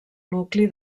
nucli